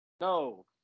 No